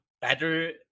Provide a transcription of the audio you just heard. better